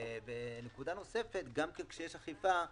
נקודה נוספת, גם כן כשיש אכיפה,